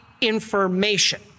information